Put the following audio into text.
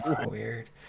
weird